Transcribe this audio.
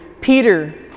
Peter